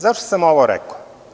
Zašto sam ovo rekao?